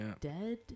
Dead